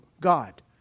God